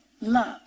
love